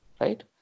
right